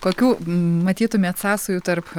kokių matytumėt sąsajų tarp